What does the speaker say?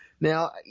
Now